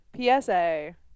PSA